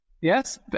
yes